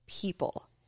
people